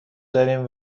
داریم